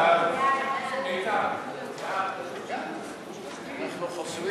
ההצעה להחזיר